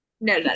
No